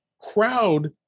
crowd